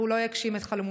והוא לא יגשים את חלומותיו.